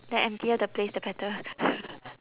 the emptier the place the better